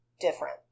different